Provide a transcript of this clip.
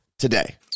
today